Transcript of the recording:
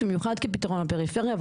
במיוחד כפתרון לפריפריה,